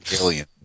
alien